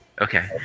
Okay